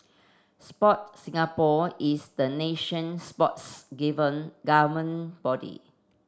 Sport Singapore is the nation sports given government body